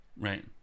Right